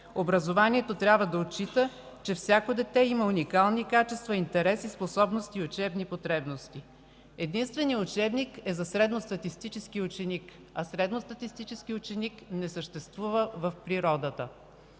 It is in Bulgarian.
образованието трябва да отчита, че всяко дете има уникални качества, интереси, способности и учебни потребности. Единственият учебник е за средностатистически ученик, а такъв не съществува в природата.